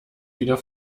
wieder